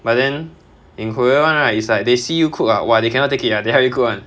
but then in korea [one] right it's like they see you cook ah !wah! they cannot take it ah they help you cook [one]